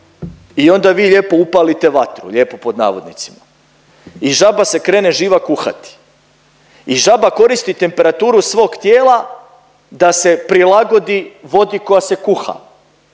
i onda vi lijepo upalite vatru, lijepo pod navodnicima i žaba se krene živa kuhati i žaba koristi temperaturu svog tijela da se prilagodi vodi koja se kuha,